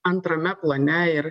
antrame plane ir